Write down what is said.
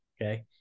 Okay